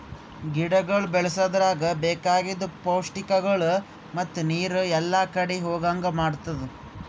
ಗಿಡಗೊಳ್ ಬೆಳಸದ್ರಾಗ್ ಬೇಕಾಗಿದ್ ಪೌಷ್ಟಿಕಗೊಳ್ ಮತ್ತ ನೀರು ಎಲ್ಲಾ ಕಡಿ ಹೋಗಂಗ್ ಮಾಡತ್ತುದ್